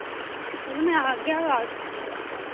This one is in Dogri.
चलो मैं आगा आ